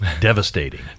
devastating